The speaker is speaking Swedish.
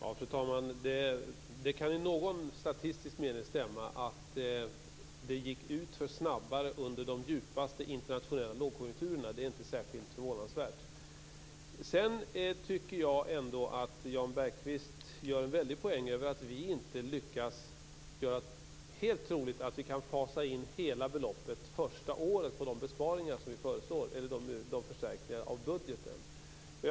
Fru talman! Det kan i någon statistisk mening stämma att det gick utför snabbare under de djupaste internationella lågkonjunkturerna. Det är inte särskilt förvånansvärt. Sedan tycker jag att Jan Bergqvist gör en väldig poäng av att vi inte lyckas göra helt troligt att vi kan fasa in hela beloppet första året för de förstärkningar av budgeten som vi föreslår.